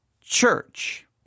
church